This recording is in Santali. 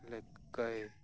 ᱞᱮᱠᱷᱟᱱ